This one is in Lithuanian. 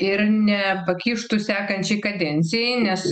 ir nepakištų sekančiai kadencijai nes